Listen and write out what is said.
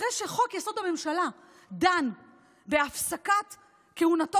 אחרי שחוק-יסוד: הממשלה דן בהפסקת כהונתו